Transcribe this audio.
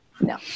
no